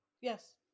Yes